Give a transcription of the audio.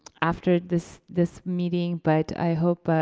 after this this meeting but i hope,